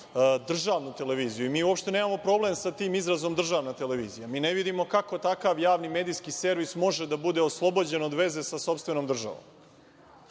državnu televiziju. Mi uopšte nemamo problem sa tim izrazom „državna televizija“. Mi ne vidimo kako takav javni medijski servis može da bude oslobođen od veze sa sopstvenom državom.